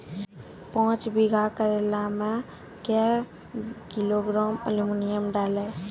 पाँच बीघा करेला मे क्या किलोग्राम एलमुनियम डालें?